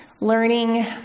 Learning